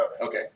Okay